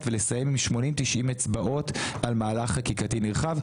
ולסיים עם 90-80 אצבעות על מהלך חקיקתי נרחב.